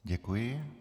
Děkuji.